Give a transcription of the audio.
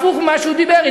הפוך ממה שהוא דיבר.